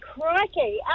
crikey